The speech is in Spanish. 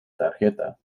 tarjeta